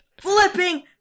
flipping